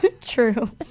True